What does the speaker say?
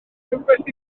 rhywbeth